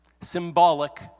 symbolic